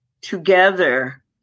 together